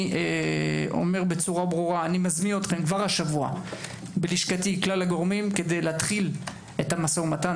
אני מזמין אתכם כבר השבוע בלשכתי כלל הגורמים כדי להתחיל את המשא ומתן.